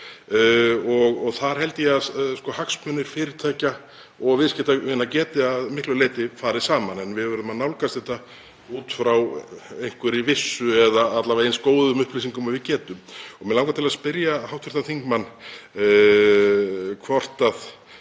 og þar held ég að hagsmunir fyrirtækja og viðskiptavina geti að miklu leyti farið saman. En við verðum að nálgast þetta út frá einhverri vissu eða alla vega eins góðum upplýsingum og við getum. Mig langar að spyrja hv. þingmann hvort